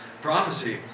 Prophecy